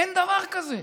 אין דבר כזה.